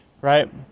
right